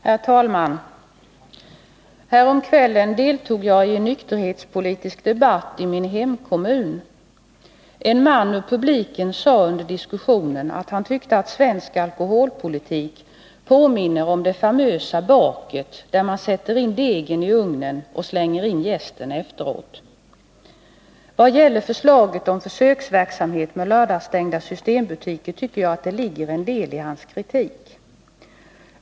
Herr talman! Häromkvällen deltog jag i en nykterhetspolitisk debatt i min hemkommun. En man ur publiken sade under diskussionen att han tyckte att svensk alkoholpolitik påminner om det famösa baket, där man sätter in degen i ugnen och slänger in jästen efteråt. Vad gäller förslaget om försöksverksamhet med lördagsstängda systembutiker tycker jag att det ligger en del i hans kritik.